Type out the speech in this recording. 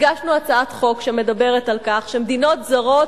הגשנו הצעת חוק שמדברת על כך שמדינות זרות